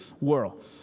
world